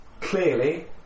clearly